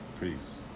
Peace